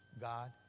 God